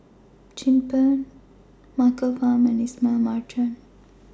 Chin Peng Michael Fam and Ismail Marjan